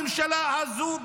הממשלה הזו,